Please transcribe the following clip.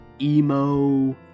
emo